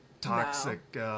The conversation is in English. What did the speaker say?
toxic